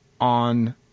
on